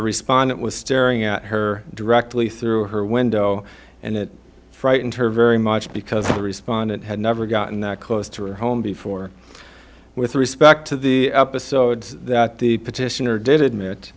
respondent was staring at her directly through her window and it frightened her very much because of the respondent had never gotten that close to her home before with respect to the episodes that the petitioner did admit